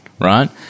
right